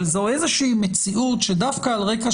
אבל זו איזושהי מציאות שדווקא על רקע